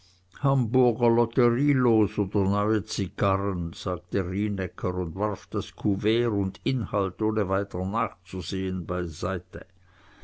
hamburger lotterielos oder neue zigarren sagte rienäcker und warf couvert und inhalt ohne weiter nachzusehen beiseite